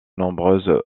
nombreuses